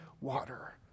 water